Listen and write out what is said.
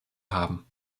haben